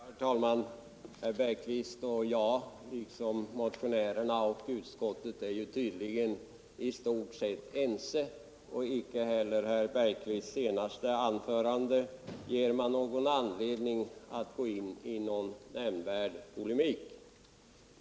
Herr talman! Herr Bergqvist och jag är tydligen, liksom motionärerna och utskottet, i stort sett ense. Icke heller herr Bergqvists senaste anförande ger mig anledning att gå in i någon nämnvärd polemik.